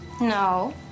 No